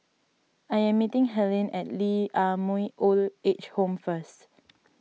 I am meeting Helyn at Lee Ah Mooi Old Age Home first